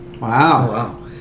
wow